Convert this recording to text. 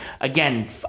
again